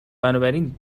بنابراین